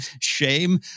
shame